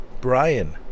Brian